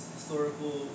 historical